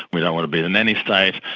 we don't want to be the nanny state'.